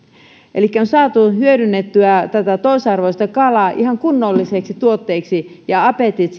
elikkä on saatu hyödynnettyä toisarvoista kalaa ihan kunnollisiksi tuotteiksi ja sitten apetit